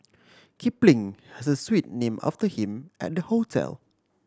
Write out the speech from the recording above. Kipling has a suite name after him at the hotel